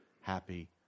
happy